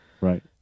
Right